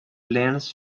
lands